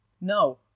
No